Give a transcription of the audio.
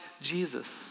Jesus